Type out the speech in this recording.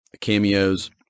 cameos